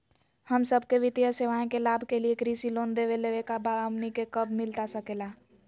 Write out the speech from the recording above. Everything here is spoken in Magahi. हम सबके वित्तीय सेवाएं के लाभ के लिए कृषि लोन देवे लेवे का बा, हमनी के कब मिलता सके ला?